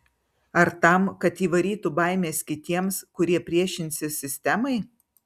ar tam kad įvarytų baimės kitiems kurie priešinsis sistemai